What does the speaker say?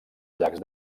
llacs